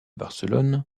barcelone